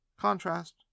Contrast